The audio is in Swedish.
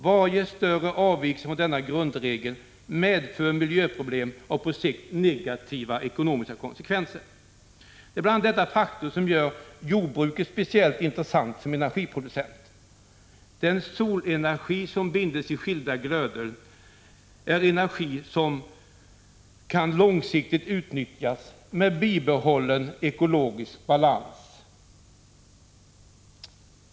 Varje större avvikelse från denna grundregel medför miljöproblem och på sikt negativa ekonomiska konsekvenser. Det är bl.a. detta faktum som gör jordbruket speciellt intressant som energiproducent. Den solenergi som binds i skilda grödor är energi som kan långsiktigt utnyttjas med bibehållen ekologisk balans.